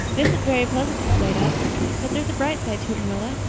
it isn't very pleasant to be laid up but there is a bright side to it, marilla.